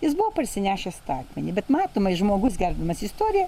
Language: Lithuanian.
jis buvo parsinešęs tą akmenį bet matomai žmogus gerbdamas istoriją